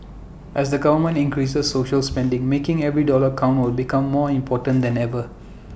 as the government increases social spending making every dollar count will become more important than ever